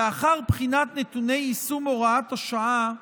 לאחר בחינת נתוני יישום הוראת השעה,